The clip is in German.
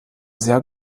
sehr